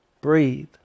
breathe